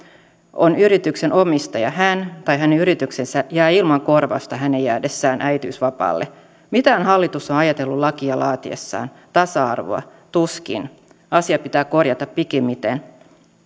on yrityksen omistaja hän tai hänen yrityksensä jää ilman korvausta hänen jäädessään äitiysvapaalle mitähän hallitus on ajatellut lakia laatiessaan tasa arvoa tuskin asia pitää korjata pikimmiten